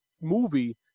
movie